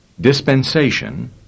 dispensation